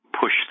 push